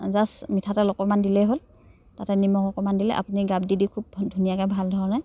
just মিঠাতেল অকণমান দিলে হ'ল তাতে নিমখ অকণমান দিলে আপুনি গাপ দি দি খুব ধুনীয়াকৈ ভাল ধৰণে